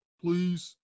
Please